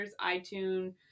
iTunes